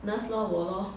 nurse lor 我 lor